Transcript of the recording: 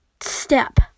step